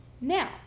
now